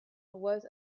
was